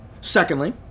secondly